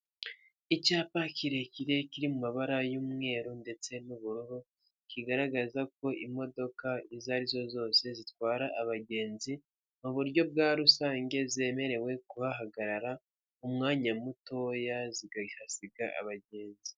Icyapa kirekire kiri mu mabara y'umweru ndetse n'ubururu, kigaragaza ko imodoka izo arizo zose zitwara abagenzi mu buryo bwa rusange, zemerewe kuhahagarara umwanya mutoya zikahasiga abagenzi.